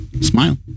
smile